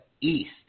East